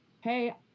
hey